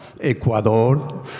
Ecuador